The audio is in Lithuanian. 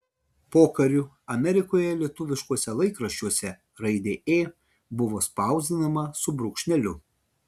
pokariu amerikoje lietuviškuose laikraščiuose raidė ė buvo spausdinama su brūkšneliu